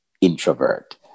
introvert